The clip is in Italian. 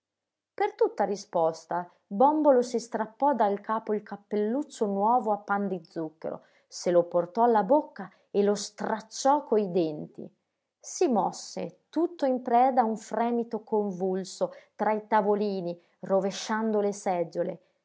per tutta risposta bòmbolo si strappò dal capo il cappelluccio nuovo a pan di zucchero se lo portò alla bocca e lo stracciò coi denti si mosse tutto in preda a un fremito convulso tra i tavolini rovesciando le seggiole